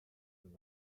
hem